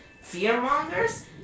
Fear-mongers